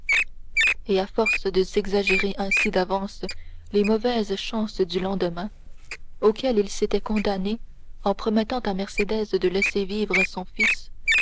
et à force de s'exagérer ainsi d'avance les mauvaises chances du lendemain auxquelles il s'était condamné en promettant à mercédès de laisser vivre son fils